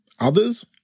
others